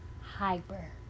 hyper